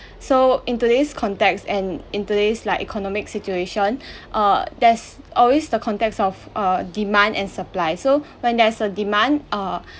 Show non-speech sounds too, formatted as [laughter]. so in today's context and in today's like economic situation [breath] uh there's always the context of uh demand and supply so when there's a demand uh